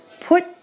put